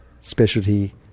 specialty